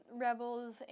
Rebels